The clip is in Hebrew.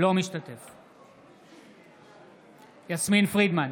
אינו משתתף בהצבעה יסמין פרידמן,